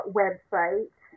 website